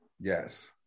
Yes